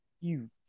huge